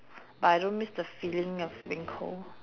but I don't miss the feeling of being cold